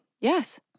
yes